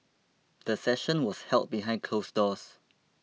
the session was held behind closed doors